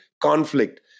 conflict